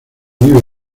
vive